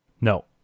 No